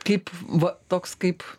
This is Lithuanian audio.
kaip va toks kaip